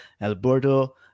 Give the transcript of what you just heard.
alberto